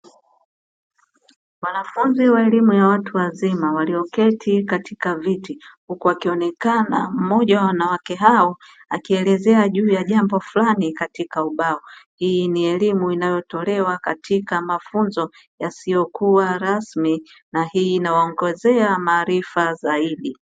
Wanafunzi wa elimu ya watu wazima walioketi katika viti, huku akionekana mmoja wa wanawake hao akielezea juu ya jambo fulani katika ubao. Hii ni elimu inayotolewa katika mafunzo yasiyokuwa rasmi na hii inawaongezea maarifa zaidi.